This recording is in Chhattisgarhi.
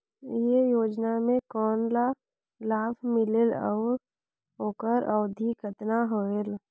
ये योजना मे कोन ला लाभ मिलेल और ओकर अवधी कतना होएल